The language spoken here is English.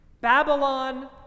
Babylon